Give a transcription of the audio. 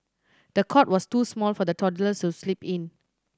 the cot was too small for the toddlers to sleep in